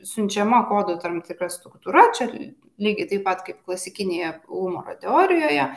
siunčiama kodo tam tikra struktūra čia lygiai taip pat kaip klasikinėje humoro teorijoje